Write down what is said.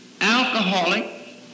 alcoholic